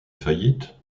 faillite